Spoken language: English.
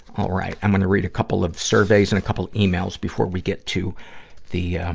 all right. i'm gonna read a couple of surveys and a couple emails before we get to the, um,